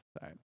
Sorry